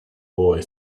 boy